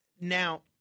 Now